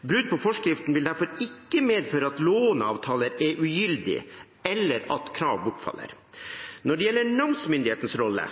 Brudd på forskriften vil derfor ikke medføre at låneavtaler er ugyldige, eller at krav bortfaller. Når det gjelder namsmyndighetens rolle,